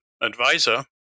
advisor